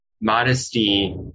modesty